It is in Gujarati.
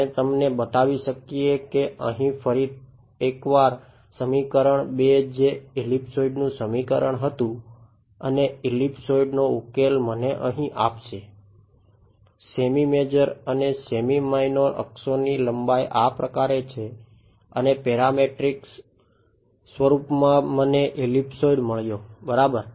આપણે તમને બતાવી શકીએ કે અહીં ફરી એકવાર સમીકરણ 2 જે એલીપ્સોઇડ મળ્યો બરાબર